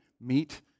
meet